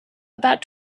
about